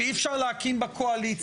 שאי אפשר להקים בה קואליציה,